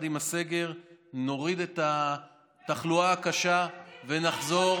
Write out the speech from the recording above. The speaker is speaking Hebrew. עם הסגר נוריד את התחלואה הקשה ונחזור